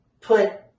put